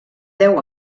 deu